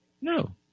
No